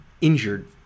injured